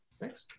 Thanks